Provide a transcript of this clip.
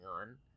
on